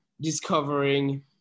discovering